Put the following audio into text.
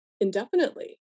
indefinitely